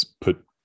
put